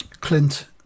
Clint